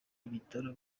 ibitaro